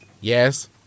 Yes